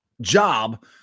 job